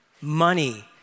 money